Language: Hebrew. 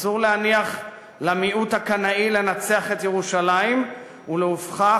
אסור להניח למיעוט הקנאי לנצח את ירושלים ולהופכה,